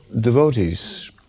devotees